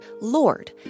lord